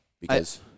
Because-